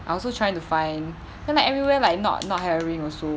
I also trying to find then like everywhere like not not hiring also